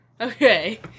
Okay